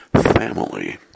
family